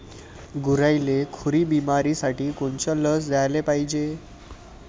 गुरांइले खुरी बिमारीसाठी कोनची लस द्याले पायजे?